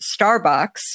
Starbucks